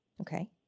Okay